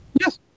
Yes